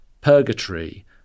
purgatory